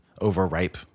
overripe